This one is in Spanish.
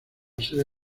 sede